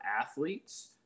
athletes